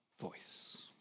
voice